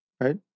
right